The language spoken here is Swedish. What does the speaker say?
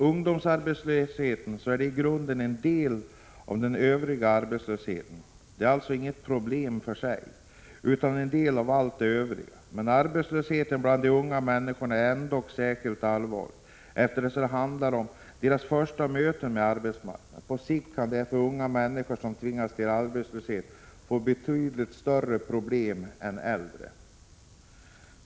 Ungdomsarbetslösheten är i grunden en del av den övriga arbetslösheten. Den är alltså inget problem för sig utan en del av allt det övriga. Men arbetslösheten bland unga människor är ändock särskilt allvarlig, eftersom det handlar om deras första möte med arbetsmarknaden. På sikt kan därför unga människor som tvingas till arbetslöshet få betydligt större problem än äldre.